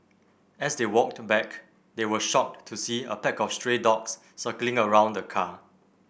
as they walked back they were shocked to see a pack of stray dogs circling around the car